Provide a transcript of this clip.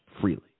freely